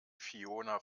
fiona